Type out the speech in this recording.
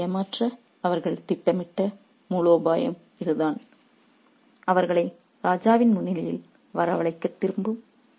ஆகவே தூதரை ஏமாற்ற அவர்கள் திட்டமிட்ட மூலோபாயம் இதுதான் அவர்களை ராஜாவின் முன்னிலையில் வரவழைக்கத் திரும்பும்